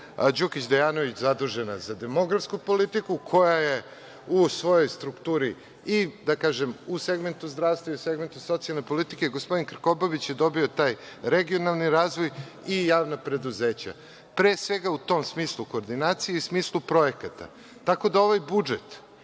Đukić Dejanović zadužena za demografsku politiku, koja je u svojoj strukturi i u segmentu zdravstva i u segmentu socijalne politike, a gospodin Krkobabić je dobio taj regionalni razvoj i javna preduzeća, pre svega u tom smislu koordinacije i u smislu projekata. Tako da, ovaj budžet,